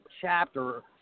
chapter